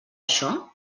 això